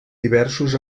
diversos